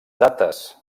dates